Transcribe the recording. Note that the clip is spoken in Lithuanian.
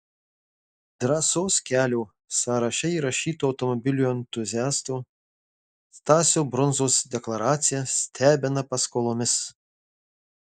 drąsos kelio sąraše įrašyto automobilių entuziasto stasio brundzos deklaracija stebina paskolomis